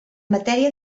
matèria